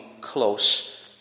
close